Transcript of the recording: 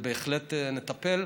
ובהחלט נטפל.